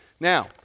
Now